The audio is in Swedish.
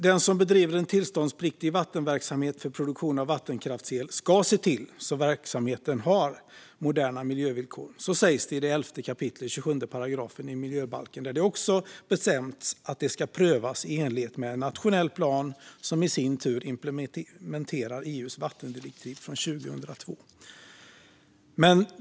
Den som bedriver en tillståndspliktig vattenverksamhet för produktion av vattenkraftsel ska se till att verksamheten har moderna miljövillkor. Så står det i 11 kap. 27 § miljöbalken, där det också bestämts att det ska prövas i enlighet med en nationell plan som i sin tur implementerar EU:s vattendirektiv från 2002.